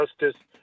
justice